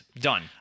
Done